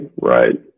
right